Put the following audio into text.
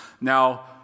Now